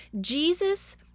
Jesus